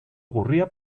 ocurría